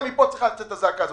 גם מפה צריכה לצאת הזעקה הזאת.